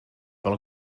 pel